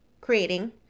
creating